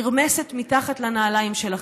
נרמסת מתחת לנעליים שלכם,